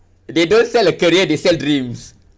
they don't sell a career they sell dreams